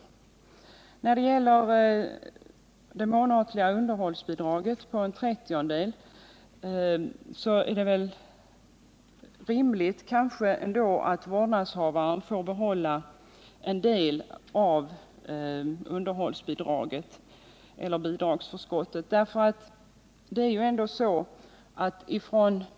Vad beträffar förslaget om 1/30 av det månatliga underhållsbidraget är det kanske ändå rimligt att vårdnadshavaren får behålla en del av underhållsbidraget eller bidragsförskottet.